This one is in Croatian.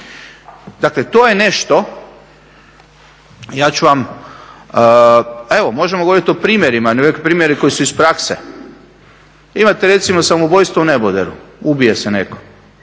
Dakle to je nešto, ja ću vam, a evo možemo govoriti o primjerima, neki primjeri koji su iz prakse. Imate recimo samoubojstvo u neboderu, ubije se netko